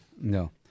No